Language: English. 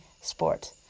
sport